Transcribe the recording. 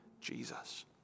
Jesus